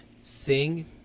sing